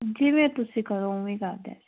ਜਿਵੇਂ ਤੁਸੀਂ ਕਰੋ ਉਵੇਂ ਹੀ ਕਰ ਦਿਆ ਜੇ